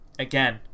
Again